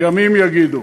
ימים יגידו.